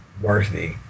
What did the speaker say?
worthy